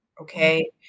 okay